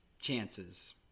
chances